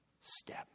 step